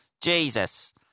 Jesus